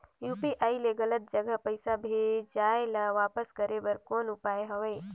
UPI ले गलत जगह पईसा भेजाय ल वापस करे बर कौन उपाय हवय?